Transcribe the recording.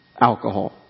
alcohol